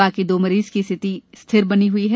बाकी दो मरीज की स्थिति स्थिर बनी है